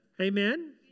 Amen